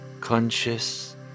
conscious